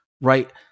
right